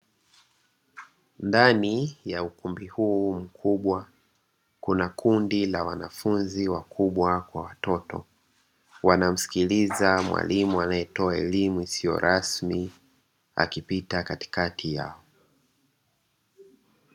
Ndani ya ukumbi huu mkubwa kuna kundi la wanafunzi wakubwa kwa watoto wanamsikiliza mwalimu anayetoa elimu isiyo rasmi akipita katikati yao.